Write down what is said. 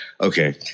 Okay